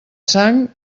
sang